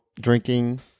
drinking